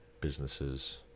businesses